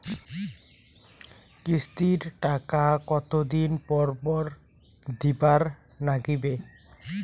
কিস্তির টাকা কতোদিন পর পর দিবার নাগিবে?